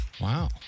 Wow